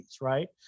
right